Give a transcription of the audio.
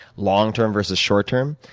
long-term versus short-term.